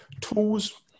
tools